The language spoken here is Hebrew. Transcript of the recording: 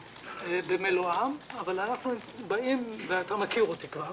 אבל אנחנו באים ואתה מכיר אותי כבר